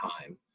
time